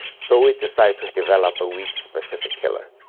so we decided to develop a weed-specific killer,